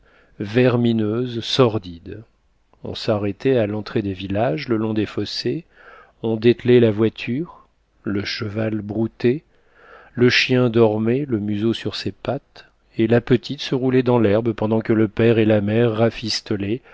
vermineuse sordide on s'arrêtait à l'entrée des villages le long des fossés on dételait la voiture le cheval broutait le chien dormait le museau sur ses pattes et la petite se roulait dans l'herbe pendant que le père et la mère